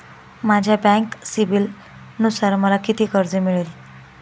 माझ्या बँक सिबिलनुसार मला किती कर्ज मिळेल?